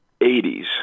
80s